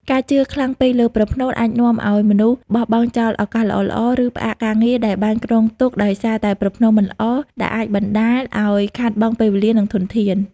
ការជឿខ្លាំងពេកលើប្រផ្នូលអាចនាំឱ្យមនុស្សបោះបង់ចោលឱកាសល្អៗ ឬផ្អាកការងារដែលបានគ្រោងទុកដោយសារតែប្រផ្នូលមិនល្អ ដែលអាចបណ្តាលឱ្យខាតបង់ពេលវេលា និងធនធាន។